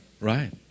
Right